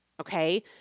Okay